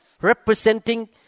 representing